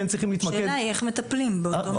השאלה היא איך מטפלים באותו מיעוט.